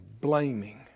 blaming